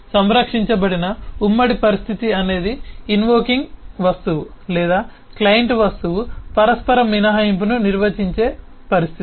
కాబట్టి సంరక్షించబడిన ఉమ్మడి పరిస్థితి అనేది ఇన్వోకింగ్ వస్తువు లేదా క్లయింట్ వస్తువు పరస్పర మినహాయింపును నిర్వహించే పరిస్థితి